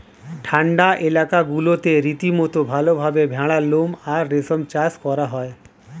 ঠান্ডা এলাকাগুলোতে রীতিমতো ভালভাবে ভেড়ার লোম আর রেশম চাষ করা হয়